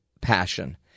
passion